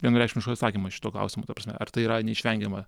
vienareikšmiško atsakymo šituo klausimu ta prasme ar tai yra neišvengiama